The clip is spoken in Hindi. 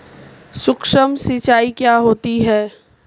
सुक्ष्म सिंचाई क्या होती है?